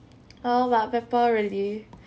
oh but pepper really